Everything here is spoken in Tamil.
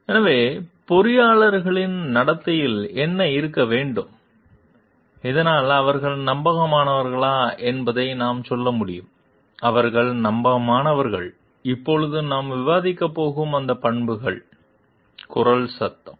எனவே பொறியியலாளர்களின் நடத்தையில் என்ன இருக்க வேண்டும் இதனால் அவர்கள் நம்பகமானவர்களா என்பதை நாம் சொல்ல முடியும் அவர்கள் நம்பகமானவர்கள் இப்போது நாம் விவாதிக்கப் போகும் அந்த பண்புகள் குரல் சத்தம்